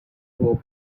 will